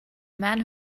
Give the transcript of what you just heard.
man